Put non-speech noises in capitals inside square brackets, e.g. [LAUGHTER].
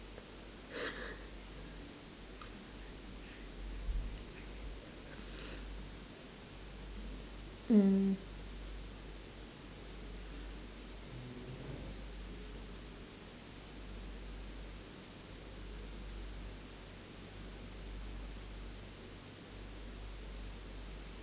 [LAUGHS] mm